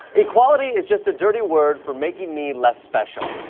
equality is just a dirty word for making me less special,